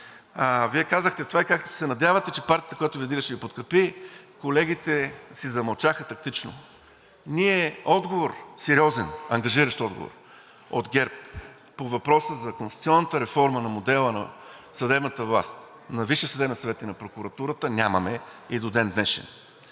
Вие казахте това и казахте, че се надявате, че партията, която Ви издига, ще Ви подкрепи. Колегите си замълчаха тактично. Ние сериозен, ангажиращ отговор от ГЕРБ по въпроса за конституционната реформа на модела на съдебната власт, на Висшия съдебен съвет и на прокуратурата нямаме и до ден днешен.